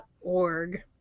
org